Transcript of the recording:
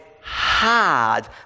hard